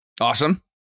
Awesome